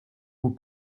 vous